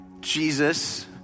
Jesus